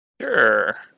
Sure